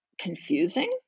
confusing